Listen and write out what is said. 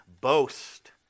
Boast